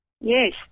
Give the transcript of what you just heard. Yes